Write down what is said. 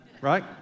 right